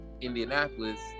Indianapolis